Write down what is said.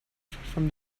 from